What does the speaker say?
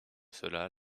cela